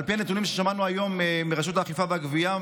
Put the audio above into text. על פי הנתונים ששמענו היום מרשות האכיפה והגבייה,